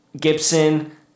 Gibson